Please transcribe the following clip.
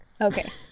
okay